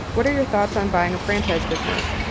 what are your thoughts on buying a franchise business?